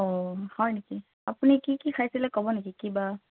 অ' হয় নেকি আপুনি কি কি খাইছিলে ক'ব নেকি কিবা